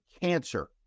cancer